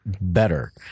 better